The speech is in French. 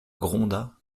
gronda